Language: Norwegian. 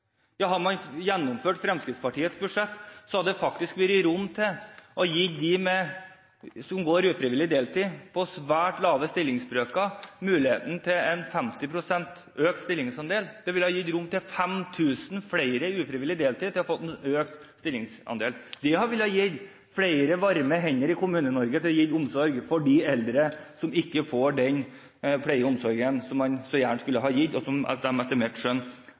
har små stillingsbrøker. Hadde man gjennomført Fremskrittspartiets budsjett, hadde det faktisk vært rom for å gi dem som går ufrivillig på deltid, på svært lave stillingsbrøker, muligheten til en 50 pst. økt stillingsandel. Det ville gitt rom for 5 000 flere som har ufrivillig deltid, til å få en økt stillingsandel. Det ville gitt flere varme hender i Kommune-Norge til å gi omsorg til de eldre som ikke får den pleie og omsorgen som man så gjerne skulle ha gitt dem, og som de etter mitt skjønn